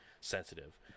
sensitive